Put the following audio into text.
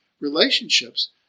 relationships